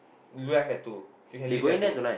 you left at two you can leave at two